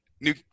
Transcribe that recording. New